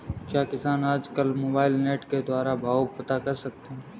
क्या किसान आज कल मोबाइल नेट के द्वारा भाव पता कर सकते हैं?